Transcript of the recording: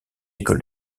école